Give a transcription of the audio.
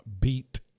beat